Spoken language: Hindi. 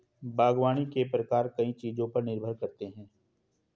बागवानी के प्रकार कई चीजों पर निर्भर करते है